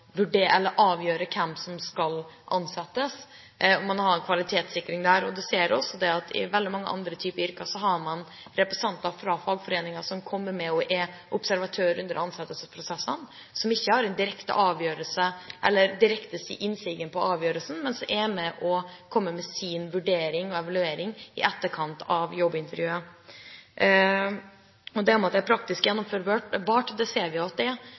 vurdere om den kunnskapsformidlingen, kommunikasjonsevnen og formidlingsevnene til disse lærerne tilsvarte de kravene og kvalitetene de var ute etter i sin lærer. Videre: Vi skal selvfølgelig beskytte jobbsøkere. Det er aldri intensjonen at elevene skal avgjøre hvem som skal ansettes. Man må ha en kvalitetssikring der, og du ser også at i veldig mange andre typer yrker har man representanter fra fagforeningen som kommer med og er observatører under ansettelsesprosessen, som ikke har direkte innflytelse på avgjørelsen. Men de er med og kan komme med sin vurdering i evalueringen i etterkant av